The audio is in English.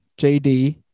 JD